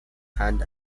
hand